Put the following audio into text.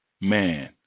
man